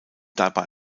dabei